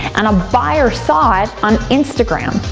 and a buyer saw it on instagram.